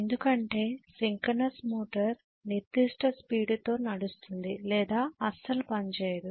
ఎందుకంటే synchronous motor నిర్దిష్ట speed తో నడుస్తుంది లేదా అస్సలు పనిచేయదు